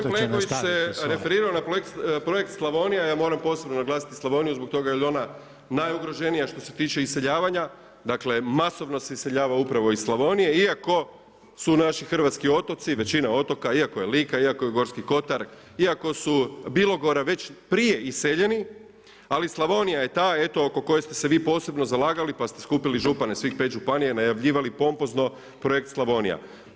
A gospodin Plenković se referirao na Projekt Slavonija, ja moram posebno naglasiti Slavoniju zbog toga jer je ona najugroženija što se tiče iseljavanja, dakle masovno se iseljava upravo iz Slavonije iako su naši hrvatski otoci, većina otoka iako je Lika, iako je Gorski kotar, iako su Bilogora već prije iseljeni ali Slavonija je ta eto oko koje ste se vi posebno zalagali pa ste skupili župane svih 5 županija, najavljivali pomopozno Projekt Slavonija.